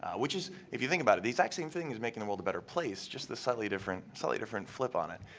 which is, if you think about it, the exact same thing is making the world a better place, just a slightly different, slightly different flip on it.